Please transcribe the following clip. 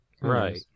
Right